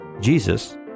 Jesus